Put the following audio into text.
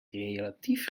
relatief